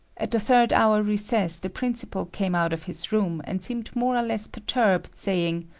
at the third hour recess the principal came out of his room, and seemed more or less perturbed, saying,